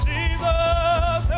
Jesus